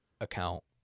account